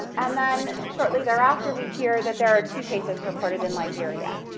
and then shortly thereafter, we hear that there are two cases reported in liberia,